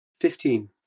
fifteen